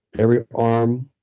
every arm.